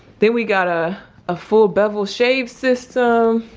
then we got a ah full bevel shave system.